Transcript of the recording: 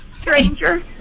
stranger